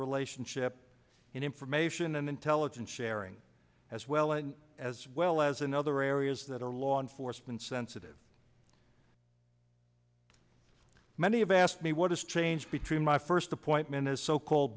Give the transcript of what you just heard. relationship in information and intelligence sharing as well and as well as in other areas that are law enforcement sensitive many have asked me what has changed between my first appointment as so called